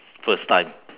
first time